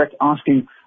asking